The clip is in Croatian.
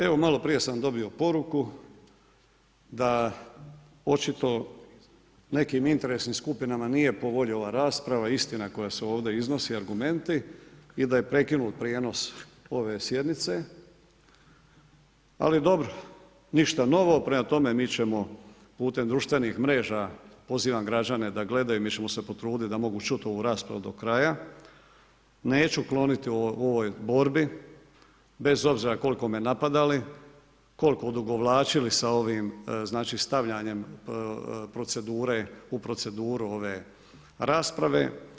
Evo malo prije sam dobio poruku da očito nekim interesnim skupinama nije po volji ova rasprava, istina koja se ovdje iznosi, argumenti i da je prekinut prijenos ove sjednice ali dobro, ništa novo, prema tome mi ćemo putem društvenih mreža, pozivam građane da gledaju mi ćemo se potruditi da mogu čuti ovu raspravu do kraja, neću klonuti u ovoj borbi bez obzira koliko me napadali, koliko odugovlačili sa ovim znači stavljanjem procedure u proceduru ove rasprave.